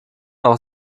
auch